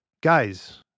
guys